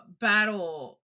battle